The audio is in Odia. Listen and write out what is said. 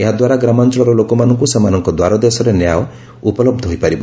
ଏହାଦ୍ୱାରା ଗ୍ରାମାଞଳର ଲୋକମାନଙ୍କୁ ସେମାନଙ୍କ ଦ୍ୱାରଦେଶରେ ନ୍ୟାୟ ଉପଲହ୍ସ ହୋଇପାରିବ